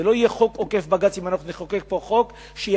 זה לא יהיה חוק עוקף בג"ץ אם אנחנו נחוקק פה חוק שיבהיר: